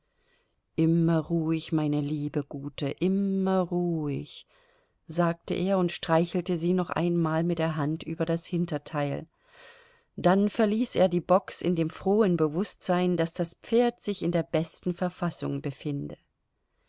immer ruhig meine liebe gute immer ruhig sagte er und streichelte sie noch einmal mit der hand über das hinterteil dann verließ er die box in dem frohen bewußtsein daß das pferd sich in der besten verfassung befinde